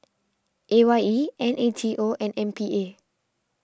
A Y E N A T O and M P A